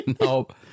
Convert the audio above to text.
Nope